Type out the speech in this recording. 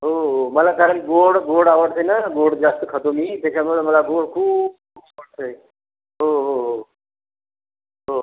हो हो मला कारण गोड गोड आवडते ना गोड जास्त खातो मी त्याच्यामुळं मला गोड खूप आवडतंय हो हो हो हो